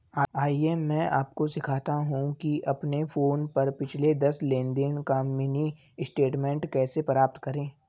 आइए मैं आपको सिखाता हूं कि अपने फोन पर पिछले दस लेनदेन का मिनी स्टेटमेंट कैसे प्राप्त करें